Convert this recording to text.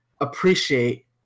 appreciate